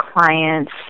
clients